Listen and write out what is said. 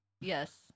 yes